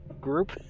group